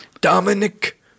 Dominic